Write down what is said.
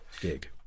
gig